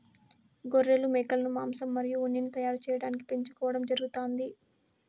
గొర్రెలు, మేకలను మాంసం మరియు ఉన్నిని తయారు చేయటానికి పెంచుకోవడం జరుగుతాంది